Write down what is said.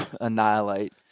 annihilate